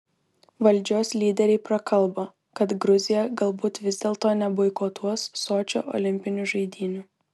valdžios lyderiai prakalbo kad gruzija galbūt vis dėlto neboikotuos sočio olimpinių žaidynių